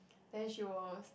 then she will